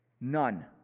None